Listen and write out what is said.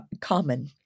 common